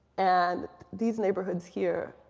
and these neighborhoods here,